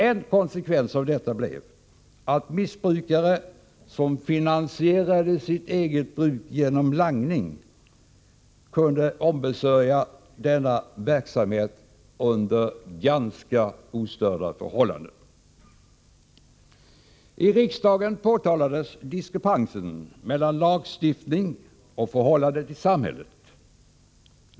En konsekvens av detta blev att missbrukare som finansierade sitt eget missbruk genom langning kunde ombesörja denna verksamhet under ganska ostörda förhållanden. I riksdagen påtalades diskrepansen mellan lagstiftningen och förhållandena i samhället.